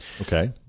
Okay